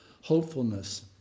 hopefulness